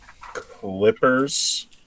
Clippers